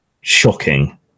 shocking